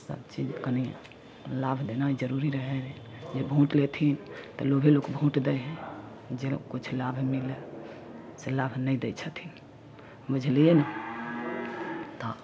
सब चीज कनी लाभ देनाइ जरूरी रहै जे भोट लेथिन तऽ लोभे लोक भोट दै हइ जे किछु लाभ मिलै से लाभ नहि दै छथिन बुझलियै ने तऽ